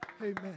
Amen